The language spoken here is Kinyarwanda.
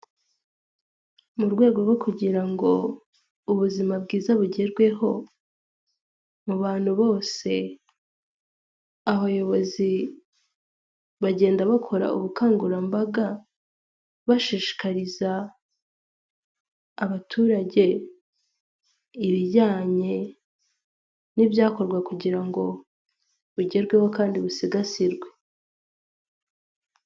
Mu rwego rwo kugira ngo ubuzima bwiza bugerweho mu bantu bose, abayobozi bagenda bakora ubukangurambaga, bashishikariza abaturage ibijyanye n'ibyakorwa kugira ngo bugerweho kandi busigasirwe.